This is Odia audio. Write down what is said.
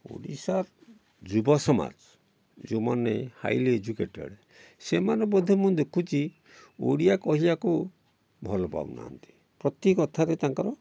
ଓଡ଼ିଶା ଯୁବ ସମାଜ ଯେଉଁମାନେ ହାଇଲି ଏଜୁକେଟେଡ଼ ସେମାନେ ବୋଧେ ମୁଁ ଦେଖୁଛି ଓଡ଼ିଆ କହିବାକୁ ଭଲ ପାଉନାହାଁନ୍ତି ପ୍ରତି କଥାରେ ତାଙ୍କର